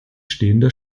stehender